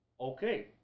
Okay